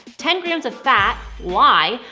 ten grams of fat why?